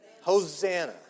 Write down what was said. Hosanna